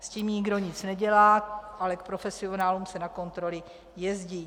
S tím nikdo nic nedělá, ale k profesionálům se na kontroly jezdí.